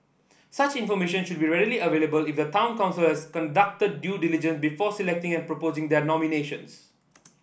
such information should be readily available if the town council has conducted due diligence before selecting and proposing their nominations